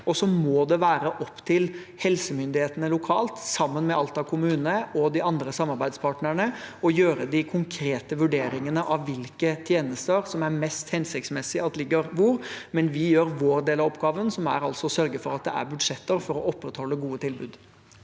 Og så må det være opp til helsemyndighetene lokalt, sammen med Alta kommune og de andre samarbeidspartnerne, å gjøre de konkrete vurderingene av hvilke tjenester som er mest hensiktsmessig at ligger hvor. Men vi gjør vår del av oppgavene, som altså er å sørge for at det er budsjetter for å opprettholde gode tilbud.